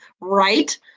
right